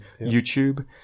YouTube